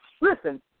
Listen